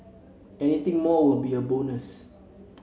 anything more will be a bonus